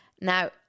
Now